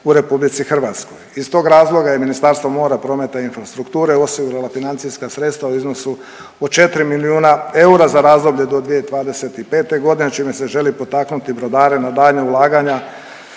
u RH. Iz tog razloga je Ministarstvo mora, prometa i infrastrukture osigurala financijska sredstva u iznosu od 4 milijuna eura za razdoblje do 2025. g., čime se želi potaknuti brodare na daljnja ulaganja